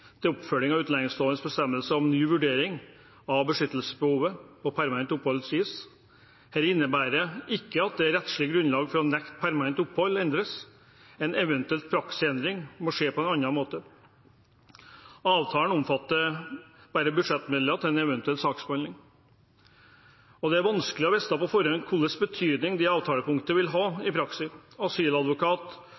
til oppfølging av utlendingslovens bestemmelser om ny vurdering av beskyttelsesbehovet før permanent opphold gis. Dette innebærer ikke at det rettslige grunnlag for å nekte permanent opphold endres. En eventuell praksisendring må skje på en annen måte. Avtalen omfatter bare budsjettmidler til en eventuell saksbehandling. Det er vanskelig å vite på forhånd hva slags betydning det avtalepunktet vil ha i praksis. Asyladvokat